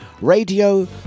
Radio